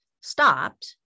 stopped